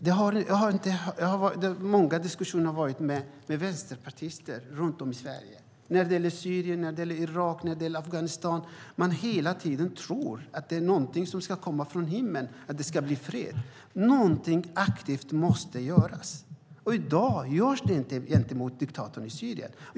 Det har varit många diskussioner med vänsterpartister runt om i Sverige när det gäller Syrien, Irak och Afghanistan. De tror hela tiden att det är något som ska komma från himlen för att det ska bli fred! Något aktivt måste göras. Men i dag görs det inte gentemot diktatorn i Syrien.